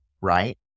right